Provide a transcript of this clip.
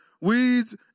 weeds